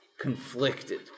conflicted